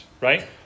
right